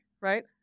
right